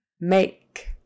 make